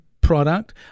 product